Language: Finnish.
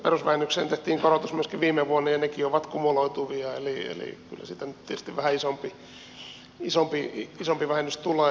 perusvähennykseen tehtiin korotus myöskin viime vuonna ja nekin ovat kumuloituvia eli kyllä siitä nyt tietysti vähän isompi vähennys tulee